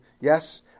yes